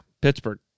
Pittsburgh